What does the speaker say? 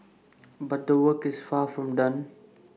but the work is far from done